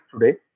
today